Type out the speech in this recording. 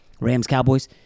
Rams-Cowboys